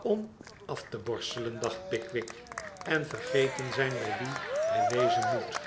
om af te borstelen dacht pickwick en vergeten zijn bij wien hij wezen moet